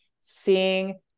seeing